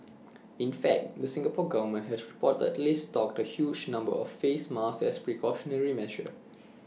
in fact the Singapore Government has reportedly stocked A huge number of face masks as A precautionary measure